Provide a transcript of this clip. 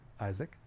Isaac